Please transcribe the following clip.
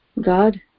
God